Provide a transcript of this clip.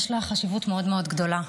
יש חשיבות מאוד מאוד גדולה.